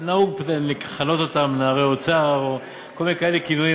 נהוג לכנות אותם "נערי אוצר" או כל מיני כאלה כינויים.